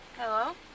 Hello